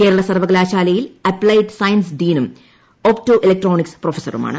കേരള സർവ്വകലാശാലയിൽ applied science ഡീനും opto electronics പ്രൊഫസറുമാണ്